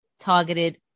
targeted